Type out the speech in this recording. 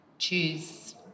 choose